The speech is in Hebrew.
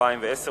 התש"ע 2010,